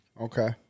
Okay